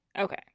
okay